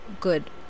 good